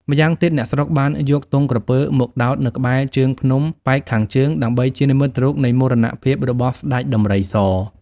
ម្យ៉ាងទៀត អ្នកស្រុកបានយកទង់ក្រពើមកដោតនៅក្បែរជើងភ្នំប៉ែកខាងជើងដើម្បី ជានិមិត្តរូបនៃមរណភាពរបស់ស្តេចដំរីស។